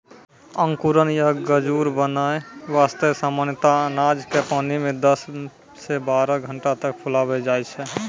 अंकुरण या गजूर बनाय वास्तॅ सामान्यतया अनाज क पानी मॅ दस सॅ बारह घंटा तक फुलैलो जाय छै